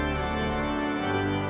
and